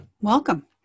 welcome